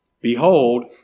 Behold